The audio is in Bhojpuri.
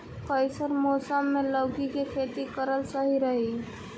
कइसन मौसम मे लौकी के खेती करल सही रही?